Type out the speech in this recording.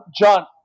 John